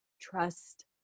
trust